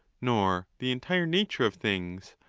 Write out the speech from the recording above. nor the entire nature of things,